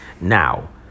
Now